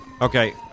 Okay